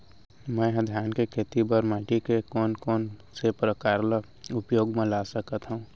मै ह धान के खेती बर माटी के कोन कोन से प्रकार ला उपयोग मा ला सकत हव?